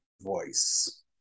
voice